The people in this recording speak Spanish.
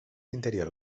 interior